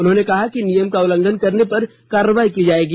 उन्होंने कहा कि नियम का उल्लंघन करने पर कार्रवाई की जाएगी